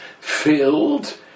filled